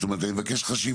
זאת אומרת אני מבקש חשיבה.